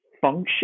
function